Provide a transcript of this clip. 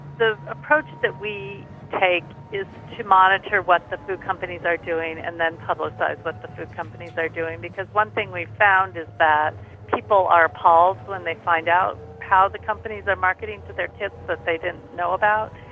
the approach that we take is to monitor what the food companies are doing and then publicise what the food companies are doing, because one thing we found is that people are appalled when they find out how the companies are marketing to their kids that they didn't know about.